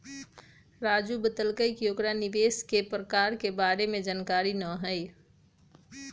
राजू बतलकई कि ओकरा निवेश के प्रकार के बारे में जानकारी न हई